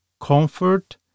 comfort